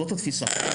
זאת התפיסה.